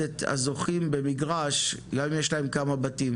את הזוכים במגרש גם אם יש להם כמה בתים?